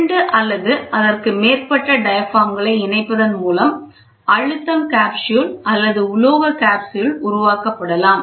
இரண்டு அல்லது அதற்கு மேற்பட்ட டயாபிராம் களை இணைப்பதன் மூலம் அழுத்தம் காப்ஸ்யூல் அல்லது உலோக காப்ஸ்யூல் உருவாக்கப்படலாம்